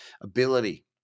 ability